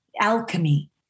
alchemy